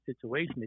situation